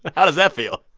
how does that feel?